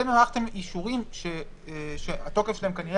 הארכתם אישורים שהתוקף שלהם היה כנראה